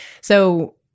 So-